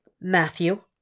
Matthew